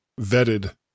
vetted